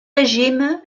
régime